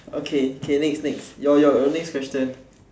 okay K K next next your your your next question